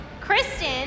Kristen